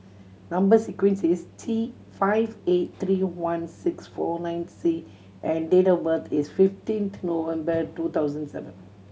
number sequence is T five eight three one six four nine C and date of birth is fifteenth November two thousand seven